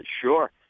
sure